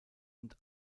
und